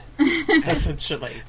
essentially